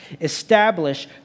establish